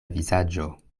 vizaĝo